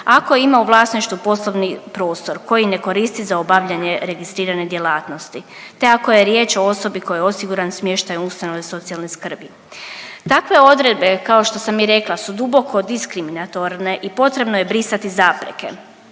ako ima u vlasništvu poslovni prostor koji ne koristi za obavljanje registrirane djelatnosti, te ako je riječ o osobi kojoj je osiguran smještaj u ustanovi socijalne skrbi. Takve odredbe kao što sam i rekla su duboko diskriminatorne i potrebno je brisati zapreke.